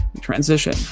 transition